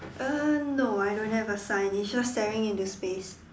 uh no I don't have a sign it's just staring into space